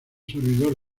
servidor